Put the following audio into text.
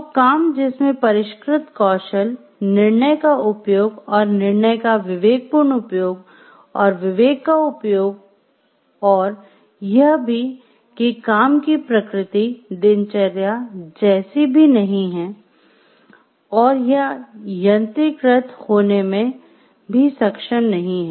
तो काम जिसमें परिष्कृत कौशल निर्णय का उपयोग और निर्णय का विवेकपूर्ण उपयोग और विवेक का उपयोग और यह भी कि काम की प्रकृति दिनचर्या जैसी भी नहीं है और यह यंत्रीकृत होने में भी सक्षम नहीं है